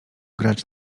grać